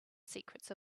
secrets